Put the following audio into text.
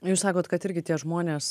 jūs sakot kad irgi tie žmonės